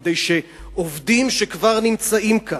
כדי שעובדים שכבר נמצאים כאן,